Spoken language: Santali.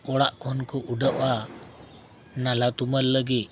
ᱚᱲᱟᱜ ᱠᱷᱚᱱ ᱠᱚ ᱩᱰᱟᱹᱜᱼᱟ ᱱᱟᱞᱦᱟᱼᱛᱩᱢᱟᱹᱞ ᱞᱟᱹᱜᱤᱫ